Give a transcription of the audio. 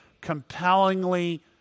compellingly